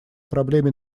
проблеме